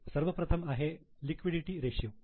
सर्वप्रथम आहे लिक्विडिटी रेषीयो